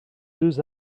deux